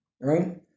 Right